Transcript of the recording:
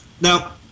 Now